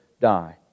die